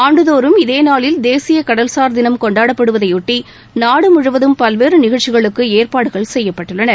ஆண்டுதோறும் இதே நாளில் தேசிய கடல்சாா் தினம் கொண்டாடப்படுவதையொட்டி நாடு முழுவதும் பல்வேறு நிகழ்ச்சிகளுக்கு ஏற்பாடு செய்யப்பட்டுள்ளன